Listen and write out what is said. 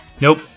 Nope